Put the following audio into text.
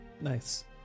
Nice